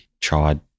tried